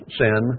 sin